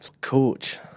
coach